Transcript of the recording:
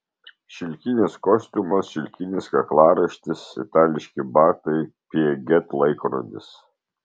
šilkinis kostiumas šilkinis kaklaraištis itališki batai piaget laikrodis